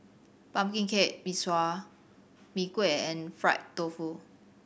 pumpkin cake mistral Mee Kuah and fried tofu